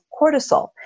cortisol